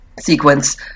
sequence